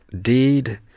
deed